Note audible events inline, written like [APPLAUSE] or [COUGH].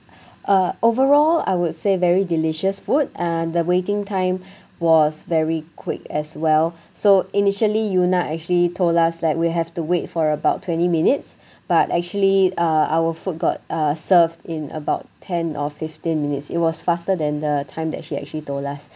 uh overall I would say very delicious food uh the waiting time [BREATH] was very quick as well so initially yuna actually told us like we have to wait for about twenty minutes but actually uh our food got uh served in about ten or fifteen minutes it was faster than the time that she actually told us